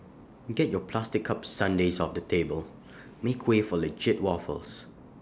get your plastic cup sundaes off the table make way for legit waffles